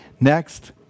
Next